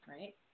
Right